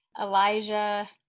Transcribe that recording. Elijah